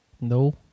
no